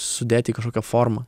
sudėti į kažkokią formą